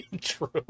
true